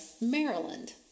Maryland